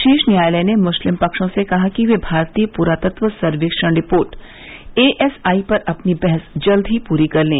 शीर्ष न्यायालय ने मुस्लिम पक्षों से कहा कि वे भारतीय पुरातत्व सर्वेक्षण रिपोर्ट एएसआई पर अपनी बहस जल्द ही पूरी कर लें